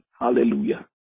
Hallelujah